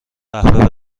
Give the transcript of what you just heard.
قهوه